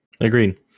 Agreed